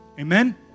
Amen